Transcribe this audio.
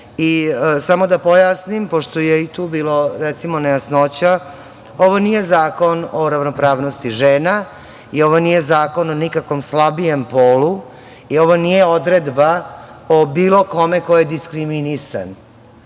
da pojasnim, pošto je i tu bilo nejasnoća, ovo nije zakon o ravnopravnosti žena, i ovo nije zakon o nikakvom slabijem polu, i ovo nije odredba o bilo kome ko je diskriminisan,